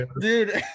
dude